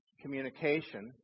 communication